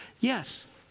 Yes